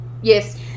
Yes